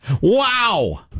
Wow